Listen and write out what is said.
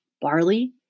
Barley